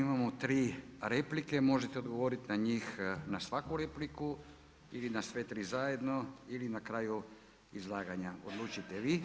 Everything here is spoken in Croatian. Imamo tri replike, možete odgovoriti na njih, na svaku repliku ili na sve tri zajedno ili na kraju izlaganja, odlučite vi.